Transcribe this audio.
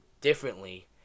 differently